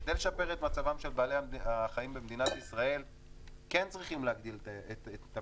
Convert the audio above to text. כדי לשפר את מצבם של בעלי החיים בישראל כן צריך להגדיל את המכסות,